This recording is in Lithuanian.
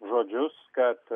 žodžius kad